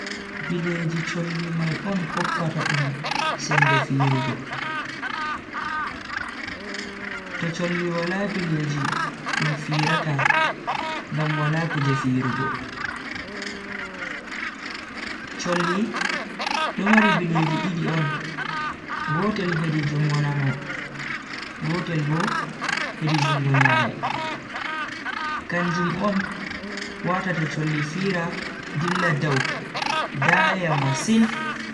Bileeji cholli mai on hokkata dum sembe firugo. to cholli wala bileeji dum firata ngam wala kuje firugo. cholli do mari bileeji didi on gotel hedi jungo nano gotel Bo hedi jungo nyamo. kanjum on watata cholli fira dilla dau daya masin.